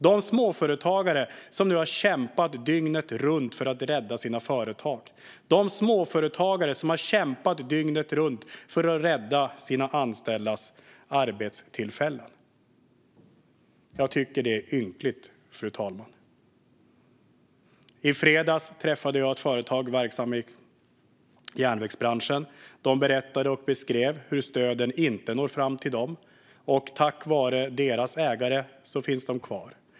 Det är de småföretagare som har kämpat dygnet runt för att rädda sina företag och sina anställdas arbetstillfällen. Jag tycker att det är ynkligt. I fredags träffade jag ett företag verksamt i järnvägsbranschen. De berättade och beskrev hur stöden inte når fram till dem, men tack vare sin ägare finns de kvar.